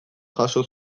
jaso